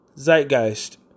Zeitgeist